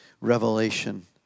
revelation